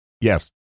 Yes